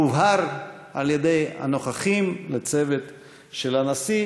הובהר על-ידי הנוכחים לצוות של הנשיא